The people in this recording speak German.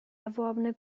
erworbene